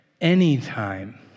anytime